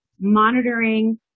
monitoring